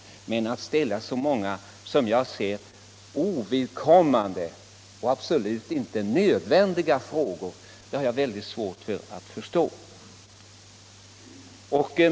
Men att man skall ställa så många, som jag ser det, ovidkommande och absolut inte nödvändiga frågor, det har jag mycket svårt att förstå.